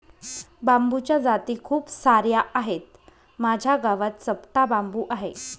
बांबूच्या जाती खूप सार्या आहेत, माझ्या गावात चपटा बांबू आहे